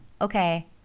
okay